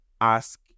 ask